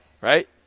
right